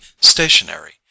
stationary